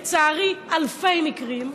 לצערי אלפי מקרים,